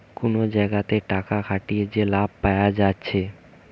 কুনো জাগাতে টাকা খাটিয়ে যে লাভ পায়া যাচ্ছে